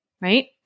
Right